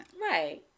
Right